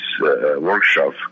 workshop